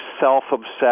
self-obsessed